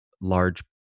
large